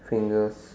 fingers